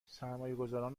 سرمایهگذاران